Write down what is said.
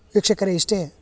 ವೀಕ್ಷಕರೆ ಇಷ್ಟೇ